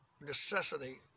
necessity